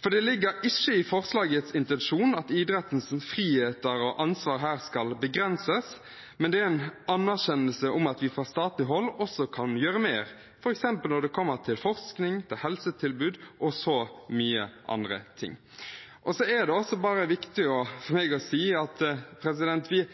For det ligger ikke i forslagets intensjon at idrettens friheter og ansvar her skal begrenses, men det er en anerkjennelse av at vi fra statlig hold også kan gjøre mer, f.eks. når det gjelder forskning, helsetilbud og så mye annet. Det er også viktig for meg å si at vi er alle enige om at f.eks. frivilligheten er autonom, men vi